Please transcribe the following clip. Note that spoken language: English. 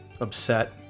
upset